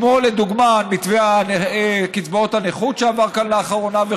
כמו קצבאות הנכות שעברו כאן לאחרונה,